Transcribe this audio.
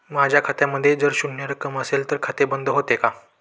माझ्या खात्यामध्ये जर शून्य रक्कम असेल तर खाते बंद होते का?